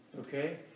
okay